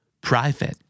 Private